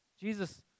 Jesus